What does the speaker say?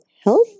health